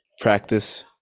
practice